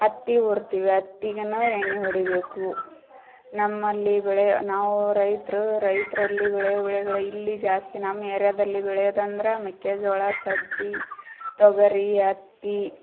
ಅತ್ತಿ ಹೊರ್ತೀವಿ ಅತ್ತಿಗೇನು ಎಣ್ಣೆ ಹೊಡಿಬೇಕು ನಮ್ಮಲ್ಲಿ ಬೆಳೆ ನಾವು ರೈತರು ರೈತರಲ್ಲಿ ಬೆಳೆ ಬೆಳೆಗಳು ಇಲ್ಲಿ ಜಾಸ್ತಿ ನಮ್ಮ ಏರಿಯಾದಲ್ಲಿ ಬೆಳೆಯೋದಂದರ ಮೆಕ್ಕೆಜೋಳ ಸಜ್ಜಿ ತೊಗರಿ ಅತ್ತಿ